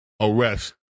arrest